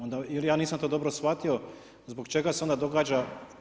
Onda ili ja nisam to dobro shvatio zbog čega se onda događa.